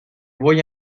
voy